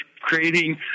creating